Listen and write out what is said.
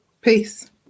peace